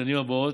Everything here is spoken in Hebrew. לשנים הבאות,